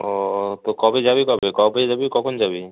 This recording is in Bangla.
ও তো কবে যাবি কবে কবে যাবি কখন যাবি